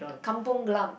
Kampung-Glam